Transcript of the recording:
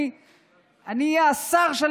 אני אהיה השר של